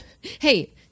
hey